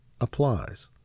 applies